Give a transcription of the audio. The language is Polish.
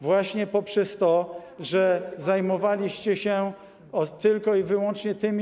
Właśnie poprzez to, że zajmowaliście się tylko i wyłącznie tymi.